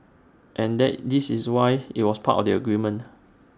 and that this is why IT was part of the agreement